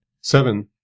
Seven